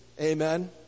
Amen